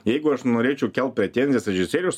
jeigu aš norėčiau kelt pretenzijas režisieriaus